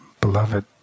beloved